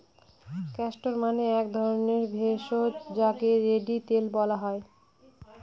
castor মানে এক ধরণের ভেষজ যাকে রেড়ি তেল বলা হয়